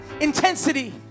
intensity